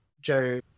Joe